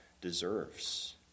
deserves